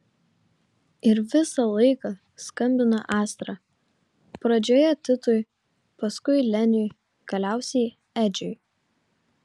ir visą laiką skambina astra pradžioje titui paskui leniui galiausiai edžiui